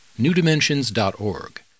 newdimensions.org